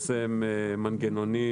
נפרסם מנגנונים,